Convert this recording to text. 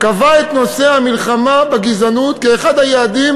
קבע את נושא המלחמה בגזענות כאחד היעדים